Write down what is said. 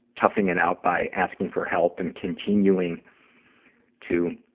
toughing it out by asking for help and continuing to,